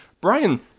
Brian